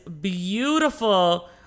beautiful